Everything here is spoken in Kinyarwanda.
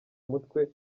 mutwe